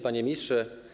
Panie Ministrze!